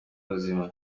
ubuzima